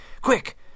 Quick